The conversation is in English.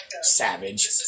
Savage